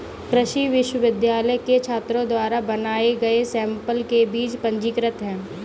कृषि विश्वविद्यालय के छात्रों द्वारा बनाए गए सैंपल के बीज पंजीकृत हैं